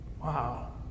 Wow